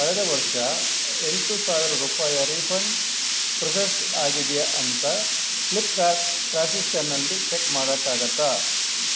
ಕಳೆದ ವರ್ಷ ಎಂಟು ಸಾವಿರ ರೂಪಾಯಿಯ ರೀಫಂಡ್ ಪ್ರೋಸೆಸ್ ಆಗಿದೆಯಾ ಅಂತ ಫ್ಲಿಪ್ಕಾರ್ಟ್ ಟ್ರಾನ್ಸಾಕ್ಷನಲ್ಲಿ ಚಕ್ ಮಾಡೋಕ್ಕಾಗುತ್ತಾ